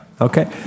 Okay